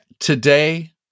Today